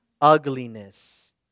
ugliness